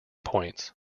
points